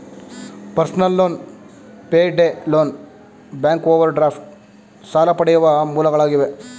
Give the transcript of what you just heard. personal loan, payday loan, bank overdraft ಸಾಲ ಪಡೆಯುವ ಮೂಲಗಳಾಗಿವೆ